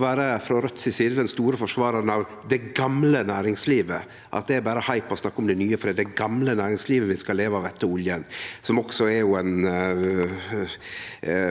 vere den store forsvararen av det gamle næringslivet, at det berre er hype å snakke om det nye, for det er det gamle næringslivet vi skal leve av etter oljen. Det er ein